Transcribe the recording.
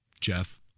jeff